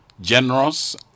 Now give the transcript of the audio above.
generous